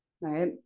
right